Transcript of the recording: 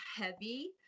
heavy